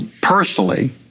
personally